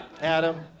Adam